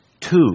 two